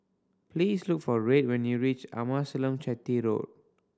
please look for Red when you reach Amasalam Chetty Road